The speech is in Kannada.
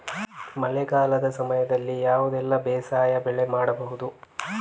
ಮಳೆಗಾಲದ ಸಮಯದಲ್ಲಿ ಯಾವುದೆಲ್ಲ ಬೇಸಾಯ ಬೆಳೆ ಮಾಡಬಹುದು?